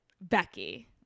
Becky